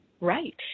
Right